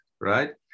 right